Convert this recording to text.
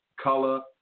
color